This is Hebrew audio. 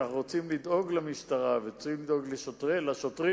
אם אנחנו רוצים לדאוג למשטרה ורוצים לדאוג לשוטרים,